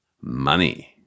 money